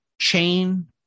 chain